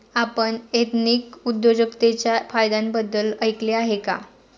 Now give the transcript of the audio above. आपण एथनिक उद्योजकतेच्या फायद्यांबद्दल ऐकले आहे का?